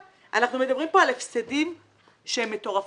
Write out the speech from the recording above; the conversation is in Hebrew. אנחנו מדברים פה על הפסדים מטורפים,